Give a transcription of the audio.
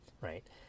right